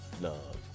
love